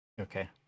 Okay